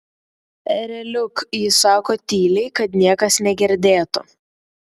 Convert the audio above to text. ereliuk ji sako tyliai kad niekas negirdėtų